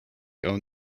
own